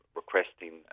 requesting